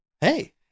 Hey